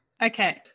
Okay